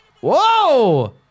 Whoa